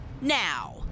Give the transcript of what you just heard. now